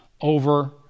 over